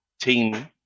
team